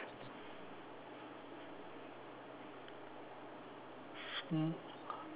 sm~